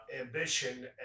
ambition